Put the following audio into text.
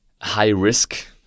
high-risk